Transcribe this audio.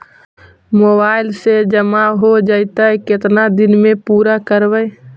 Mobile से जामा हो जैतय, केतना दिन में पुरा करबैय?